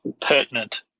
pertinent